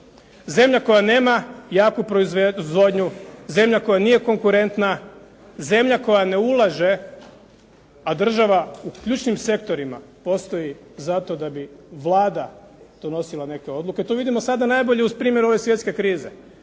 Zemlja koja nema jaku proizvodnju, zemlja koja nije konkurentna, zemlja koja ne ulaže, a država u ključnim sektorima postoji zato da bi Vlada donosila neke odluke. To vidimo sada najbolje uz primjer ove svjetske krize,